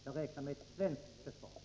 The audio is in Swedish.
Jag räknar med ett svenskt försvar.